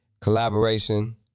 collaboration